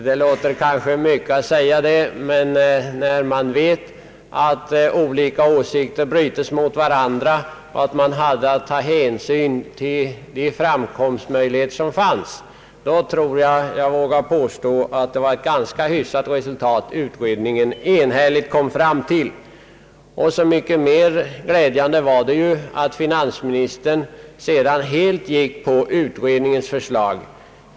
Det låter kanske mycket att säga det, men när man vet att olika åsikter brytes mot varandra och att man hade att ta hänsyn till de framkomstmöjligheter som fanns tror jag att man vågar påstå att det var ett ganska hyfsat resultat, som utredningen — enhälligt — kom fram till. Så mycket mera glädjande var det att finansministern sedan helt gick på utredningens linje.